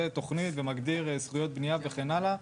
תוכנית ומגדיר זכויות בניה וכן הלאה,